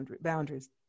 boundaries